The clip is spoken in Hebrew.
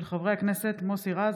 של חברי הכנסת מוסי רז,